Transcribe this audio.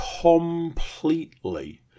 completely